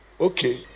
Okay